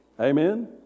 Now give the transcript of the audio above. Amen